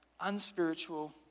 unspiritual